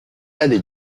allée